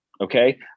Okay